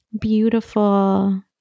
beautiful